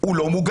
הוא לא מוגן.